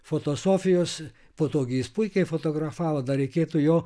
fotosofijos po to gi jis puikiai fotografavo dar reikėtų jo